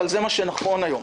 אבל זה מה שנכון היום.